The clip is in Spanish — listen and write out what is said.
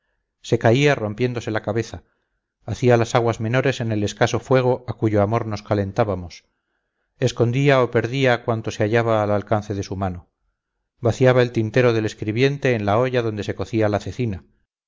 se caía rompiéndose la cabeza hacía las aguas menores en el escaso fuego a cuyo amor nos calentábamos escondía o perdía cuanto se hallaba al alcance de su mano vaciaba el tintero del escribiente en la olla donde se cocía la cecina